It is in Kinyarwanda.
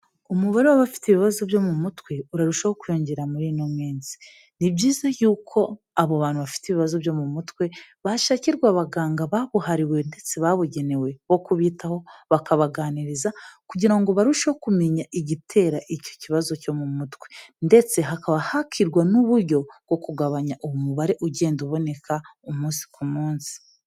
Umubare w'abafite ibibazo byo mu mutwe urarushaho kwiyongera muri ino minsi, ni byiza yuko abo bantu bafite ibibazo byo mu mutwe bashakirwa abaganga babuhariwe ndetse babugenewe wo kubitaho, bakabaganiriza kugira ngo barusheho kumenya igitera icyo kibazo cyo mu mutwe ndetse hakaba hakigwa n'uburyo bwo kugabanya umubare ugenda uboneka umunsi ku munsi.